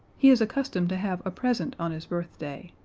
he is accustomed to have a present on his birthday.